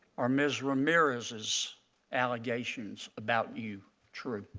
are ms. ramirez's allegations about you true?